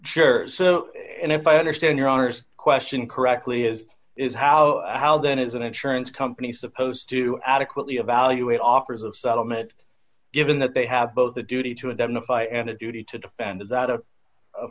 illusory so and if i understand your honour's question correctly is is how how then is an insurance company supposed to adequately evaluate offers of settlement given that they have both a duty to identify and a duty to defend is that